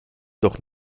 doch